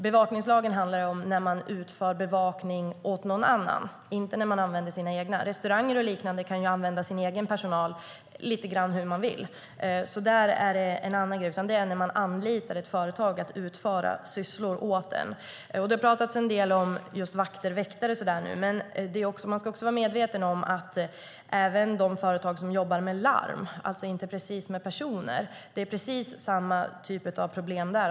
Bevakningslagen handlar om när någon utför bevakning åt någon annan, inte när man använder sina egna. Restauranger och liknande kan använda sin egen personal lite grann hur de vill. Det är en annan grej. Det här handlar om när man anlitar ett företag för att utföra sysslor åt en. Det har pratats en del om just vakter och väktare nu. Men man ska också vara medveten om att det även gäller de företag som jobbar med larm, alltså inte precis med personer. Det är samma typ av problem där.